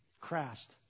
crashed